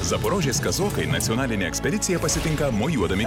zaporožės kazokai nacionalinę ekspediciją pasitinka mojuodami